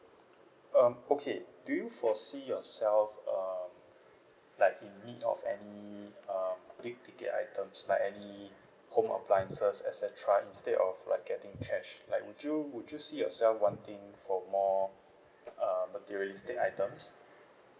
um okay do you foresee yourself um like in need of any um big ticket items like any home appliances et cetera instead of like getting cash like would you would you see yourself wanting for more uh materialistic items